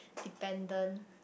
dependent